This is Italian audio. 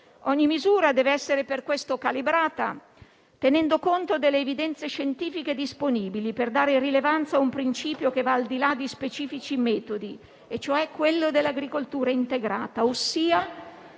Ogni misura deve essere per questo calibrata, tenendo conto delle evidenze scientifiche disponibili, per dare rilevanza a un principio che va al di là di specifici metodi, cioè quello dell'agricoltura integrata. Una